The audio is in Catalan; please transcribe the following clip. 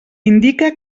indica